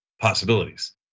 possibilities